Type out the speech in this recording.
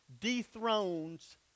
dethrones